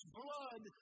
blood